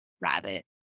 rabbit